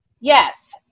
Yes